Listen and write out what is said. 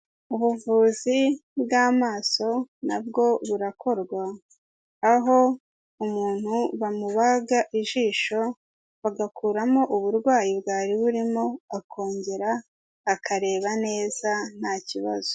Ubuvuzi bw'amaso na bwo burakorwa, aho umuntu bamubaga ijisho, bagakuramo uburwayi bwari burimo, akongera akareba neza ntakibazo.